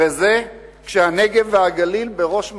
וזה כשהנגב והגליל בראש מעייניהם.